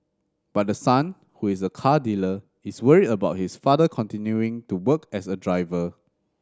but the son who is a car dealer is worried about his father continuing to work as a driver